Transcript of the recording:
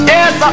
Yes